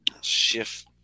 Shift